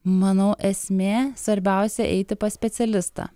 manau esmė svarbiausia eiti pas specialistą